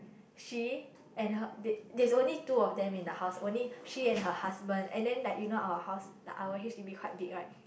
she and her there there's only two of them in the house only she and her husband and then like you know our house like our H_D_B quite big right